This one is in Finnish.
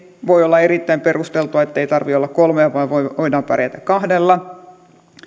voi olla erittäin perusteltua ettei tarvitse olla kolmea vaan voidaan pärjätä kahdella